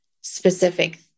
specific